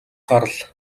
гарал